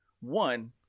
one